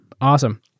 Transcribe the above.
Awesome